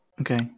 Okay